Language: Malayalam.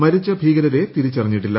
മരിച്ചു ഭീകരരെ തിരിച്ചറിഞ്ഞിട്ടില്ല